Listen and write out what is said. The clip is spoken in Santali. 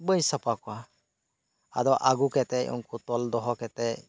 ᱵᱟᱹᱧ ᱥᱟᱯᱷᱟ ᱠᱚᱣᱟ ᱟᱫᱚ ᱟᱹᱜᱩ ᱠᱟᱛᱮᱫ ᱩᱱᱠᱩ ᱛᱚᱞ ᱫᱚᱦᱚ ᱠᱟᱛᱮᱫ